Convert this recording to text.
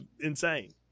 insane